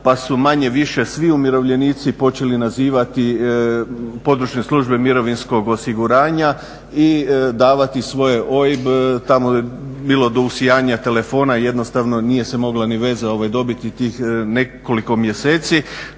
pa su manje-više svi umirovljenici počeli nazivati područne službe mirovinskog osiguranja i davati svoje OIB-e, tamo je bilo do usijanja telefona i jednostavno nije se mogla ni veza dobiti tih nekoliko mjeseci